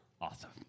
awesome